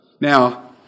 Now